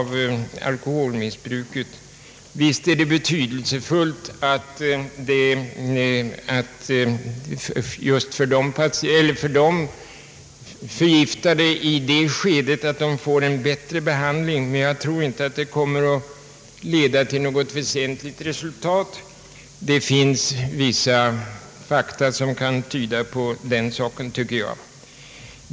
Visst är det betydelsefullt att de förgiftade i det skedet får en bättre behandling, men jag tror inte att det kommer att leda till något väsentligt resultat. Det finns vissa fakta som tyder på detta.